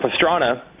Pastrana